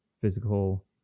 physical